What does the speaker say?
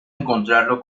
encontrarlo